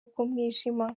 bw’umwijima